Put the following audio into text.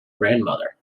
grandmother